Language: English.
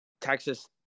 Texas